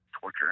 torture